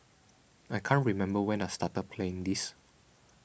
I can't remember when I started playing this